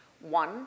one